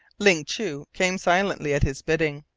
ling chu came silently at his bidding.